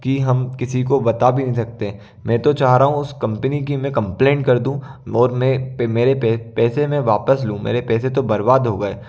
कि हम किसी को बता भी नहीं सकते मैं तो चाह रहा हूँ उस कम्पनी की मैं कम्पलेन कर दूँ और मैं मेरे पैसे मैं वापस लूँ मेरे पैसे तो बर्बाद हो गए